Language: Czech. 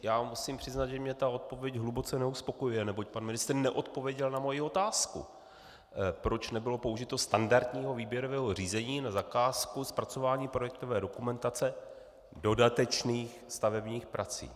Já musím přiznat, že mě ta odpověď hluboce neuspokojuje, neboť pan ministr neodpověděl na moji otázku, proč nebylo použito standardního výběrového řízení na zakázku zpracování projektové dokumentace dodatečných stavebních prací.